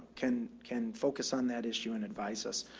can, can focus on that issue and advise us.